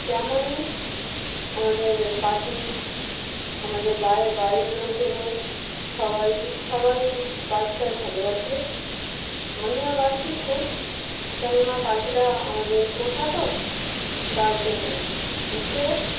তেমনই আমাদের পাখি আমাদের বাড়ির বাড়ির লোকদেরও সবাই সবাই পাখিটার ভালোবাসি আমিও বাসি খুব কেননা পাখিটা আমাদের পোষা তো তার জন্য যে